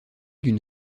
d’une